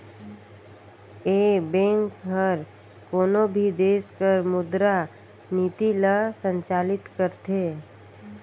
ए bank हर कोनो भी देस कर मुद्रा नीति ल संचालित करथे